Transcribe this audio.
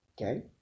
Okay